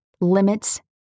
limits